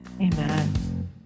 Amen